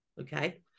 okay